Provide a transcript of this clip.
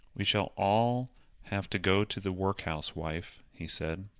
we shall all have to go to the workhouse, wife, he said.